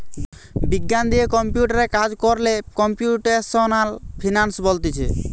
বিজ্ঞান দিয়ে কম্পিউটারে কাজ কোরলে কম্পিউটেশনাল ফিনান্স বলতিছে